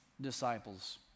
disciples